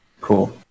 Cool